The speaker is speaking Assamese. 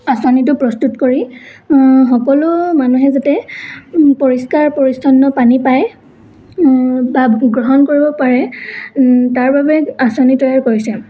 আচঁনিটো প্ৰস্তুত কৰি সকলো মানুহে যাতে পৰিষ্কাৰ পৰিছন্ন পানী পায় বা গ্ৰহণ কৰিব পাৰে তাৰ বাবে আচঁনি তৈয়াৰ কৰিছে